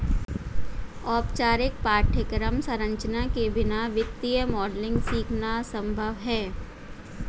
औपचारिक पाठ्यक्रम संरचना के बिना वित्तीय मॉडलिंग सीखना संभव हैं